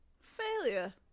failure